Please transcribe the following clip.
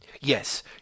Yes